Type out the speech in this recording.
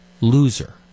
loser